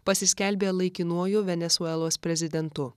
pasiskelbė laikinuoju venesuelos prezidentu